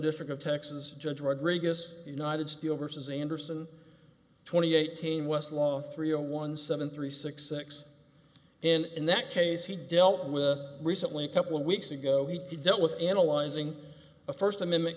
district of texas judge rodriguez united steel versus andersen twenty eighteen west law three zero one seven three six six in that case he dealt with recently a couple of weeks ago he dealt with analyzing a first amendment